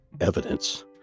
evidence